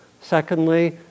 Secondly